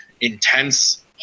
intense